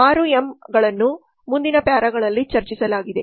6ಎಂ's ಅನ್ನು ಮುಂದಿನ ಪ್ಯಾರಾಗಳಲ್ಲಿ ಚರ್ಚಿಸಲಾಗಿದೆ